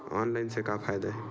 Online से का फ़ायदा हे?